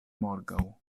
morgaŭ